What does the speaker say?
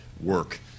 work